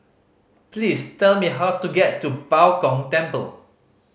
please tell me how to get to Bao Gong Temple